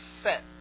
set